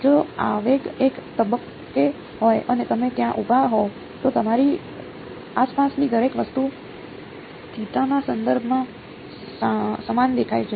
જો આવેગ એક તબક્કે હોય અને તમે ત્યાં ઊભા હોવ તો તમારી આસપાસની દરેક વસ્તુ થીટાના સંદર્ભમાં સમાન દેખાય છે